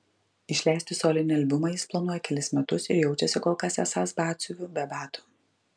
išleisti solinį albumą jis planuoja kelis metus ir jaučiasi kol kas esąs batsiuviu be batų